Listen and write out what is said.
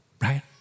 right